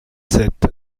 sept